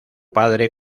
padre